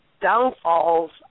downfalls